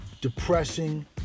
depressing